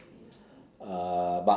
uh